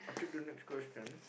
I take the nexr question